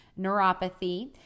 neuropathy